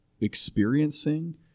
experiencing